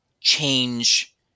change